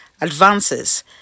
advances